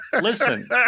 Listen